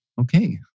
okay